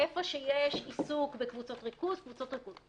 איפה שיש עיסוק בקבוצות ריכוז קבוצות ריכוז.